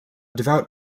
devout